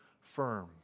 firm